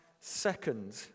second